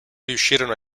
riuscirono